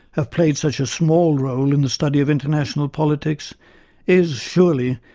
have played such a small role in the study of international politics is, surely,